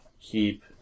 keep